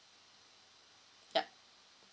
yup